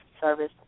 service